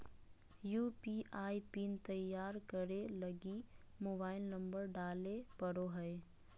UPI pin तैयार करे लगी मोबाइल नंबर डाले पड़ो हय